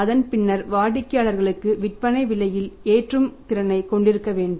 அது பின்னர் வாடிக்கையாளர்களுக்கு விற்பனை விலையில் ஏற்றும் திறனை கொண்டிருக்கவேண்டும்